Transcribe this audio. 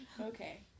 okay